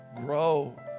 grow